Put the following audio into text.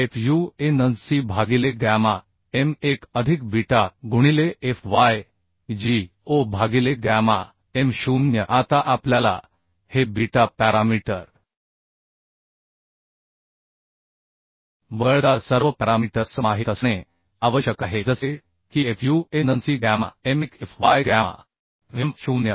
f u a n c भागिले gamma m1 अधिक beta गुणिले f y a g o भागिले gamma m0 आता आपल्याला हे बीटा पॅरामीटर वगळता सर्व पॅरामीटर्स माहित असणे आवश्यक आहे जसे की f u an c gamma m 1 f y gamma m 0